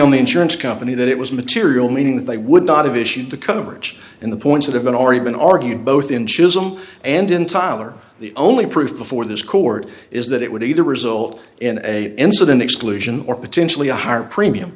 only insurance company that it was material meaning that they would not have issued the coverage in the points that have been already been argued both in chisholm and in tyler the only proof before this court is that it would either result in a incident exclusion or potentially a higher premium